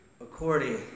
according